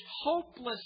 hopeless